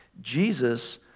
Jesus